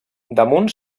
damunt